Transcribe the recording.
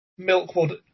Milkwood